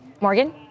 Morgan